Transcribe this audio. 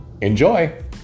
Enjoy